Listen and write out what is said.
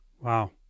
Wow